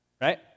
Right